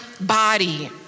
body